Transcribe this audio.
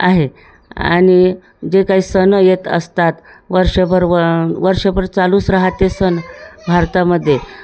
आहे आणि जे काही सण येत असतात वर्षभर व वर्षभर चालूच राहते सण भारतामध्ये